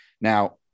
now